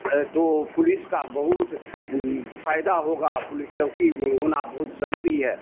تو پولیس کا بہت فائدہ ہوگا پولیس چوکی ہونا بہت ضروری ہے